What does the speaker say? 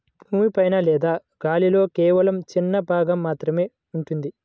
భూమి పైన లేదా గాలిలో కేవలం చిన్న భాగం మాత్రమే ఉంటుంది